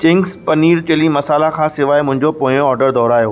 Ching's paneer chilli masala खां सिवाइ मुंहिंजो पोयों ऑर्डरु दोहिरायो